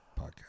podcast